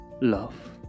love